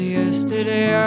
yesterday